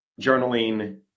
journaling